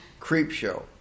Creepshow